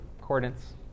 coordinates